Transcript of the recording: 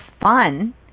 fun